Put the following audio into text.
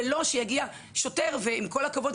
ולא שיגיע שוטר ועם כל הכבוד,